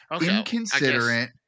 inconsiderate